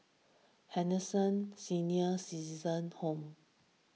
Henderson Senior Citizens' Home